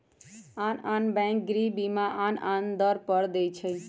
आन आन बैंक गृह बीमा आन आन दर पर दइ छै